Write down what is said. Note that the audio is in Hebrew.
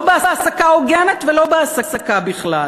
לא בהעסקה הוגנת ולא בהעסקה בכלל.